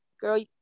girl